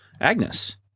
agnes